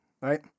right